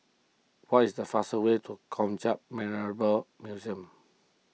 what is the fastest way to Kong Hiap Memorial Museum